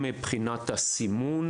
מבחינת הסימון,